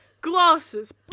Glasses